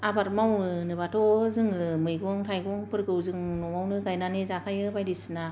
आबाद मावनाय होनोब्लाथ' जोङो मैगं थायगंफोरखौ जों न'आवनो गायनानै जाखायो बायदिसिना